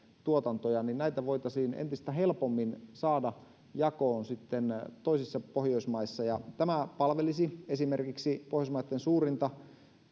tuotantoja niin näitä voitaisiin entistä helpommin saada jakoon sitten toisissa pohjoismaissa tämä palvelisi esimerkiksi pohjoismaiden suurinta